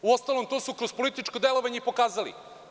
Uostalom, to su kroz političko delovanje i pokazali.